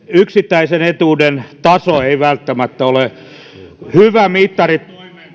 yksittäisen etuuden taso ei välttämättä ole hyvä mittari toimeentulosta sillä toimeentulo koostuu erilaisista